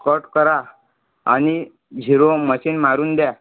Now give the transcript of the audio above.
cut करा आणि zero machine मारून द्या